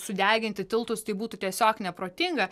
sudeginti tiltus tai būtų tiesiog neprotinga